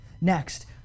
Next